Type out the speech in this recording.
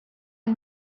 and